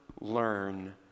learn